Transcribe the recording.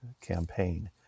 campaign